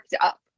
up